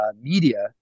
media